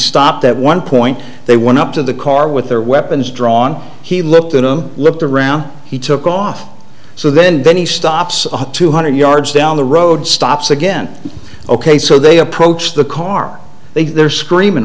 stopped at one point they went up to the car with their weapons drawn he looked at them looked around he took off so then then he stops about two hundred yards down the road stops again ok so they approach the car they get their screamin